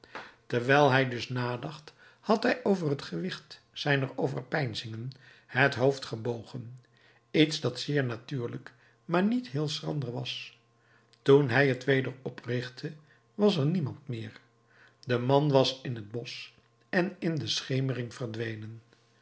terwijl hij dus nadacht had hij onder het gewicht zijner overpeinzingen het hoofd gebogen iets dat zeer natuurlijk maar niet heel schrander was toen hij het weder oprichtte was er niemand meer de man was in het bosch en in de schemering verdwenen